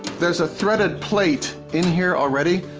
there's a threaded plate in here already.